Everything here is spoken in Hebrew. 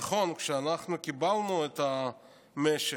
נכון, כשאנחנו קיבלנו את המשק,